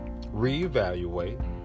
reevaluate